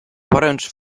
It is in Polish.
poręcz